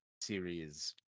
series